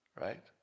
right